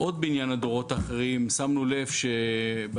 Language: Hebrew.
עוד בעניין הדורות האחרים, שמנו לב במחקר